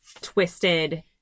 twisted